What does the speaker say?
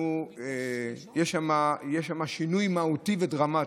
יהיה שם שינוי מהותי ודרמטי.